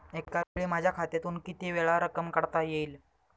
एकावेळी माझ्या खात्यातून कितीवेळा रक्कम काढता येईल?